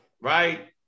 right